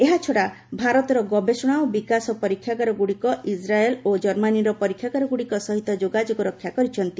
ଏହାଛଡ଼ା ଭାରତର ଗବେଷଣା ଓ ବିକାଶ ପରୀକ୍ଷାଗାରଗୁଡ଼ିକ ଇସ୍ରାଏଲ୍ ଓ ଜର୍ମାନୀର ପରୀକ୍ଷାଗାରଗୁଡ଼ିକ ସହିତ ଯୋଗାଯୋଗ ରକ୍ଷା କରିଛନ୍ତି